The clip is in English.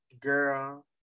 girl